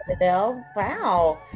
Wow